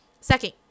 Second